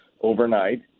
overnight